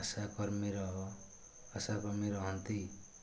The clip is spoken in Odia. ଆଶାକର୍ମୀର ଆଶାକର୍ମୀ ରହନ୍ତି